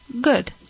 good